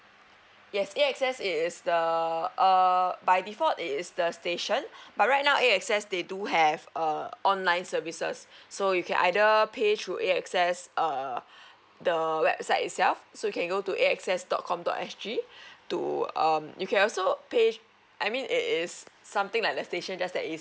yes A access it is the err by default it is the station but right now A access they do have err online services so you can either pay through A access err the website itself so you can go to access dot com dot S G to um you can also page I mean it is something like the station that's that it's